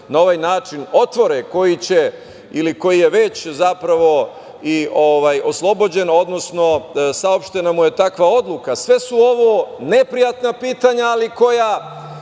na ovaj način otvore, koji će, ili koji je već zapravo oslobođen, odnosno, saopštena mu je takva odluka. Sve su ovo neprijatna pitanja, ali koja